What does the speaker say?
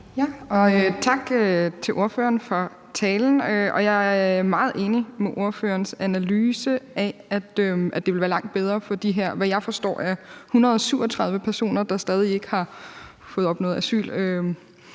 Tak til ordføreren for talen. Jeg er meget enig i ordførerens analyse af, at det vil være langt bedre for de her, som jeg forstår er 137 personer, der stadig ikke har opnået asyl